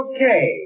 Okay